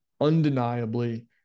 undeniably